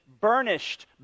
burnished